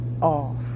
off